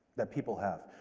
that people have.